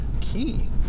key